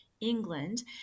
England